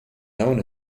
known